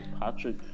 Patrick